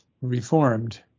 reformed